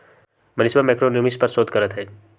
मनीषवा मैक्रोइकॉनॉमिक्स पर शोध करते हई